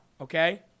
okay